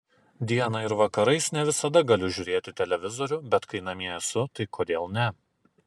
dieną ir vakarais ne visada galiu žiūrėti televizorių bet kai namie esu tai kodėl ne